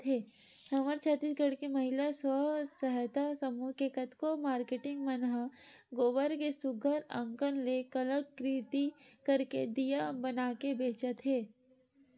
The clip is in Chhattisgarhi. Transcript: हमर छत्तीसगढ़ के महिला स्व सहयता समूह के कतको मारकेटिंग मन ह गोबर के सुग्घर अंकन ले कलाकृति करके दिया बनाके बेंचत हे